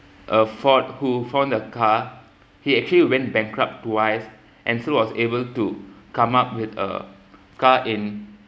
uh ford who found the car he actually went bankrupt twice and still was able to come up with a car in